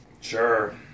Sure